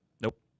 nope